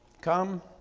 Come